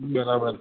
બરાબર